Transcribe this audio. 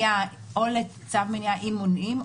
-- או לפנייה או לצד מניעה אם מונעים.